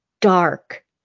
dark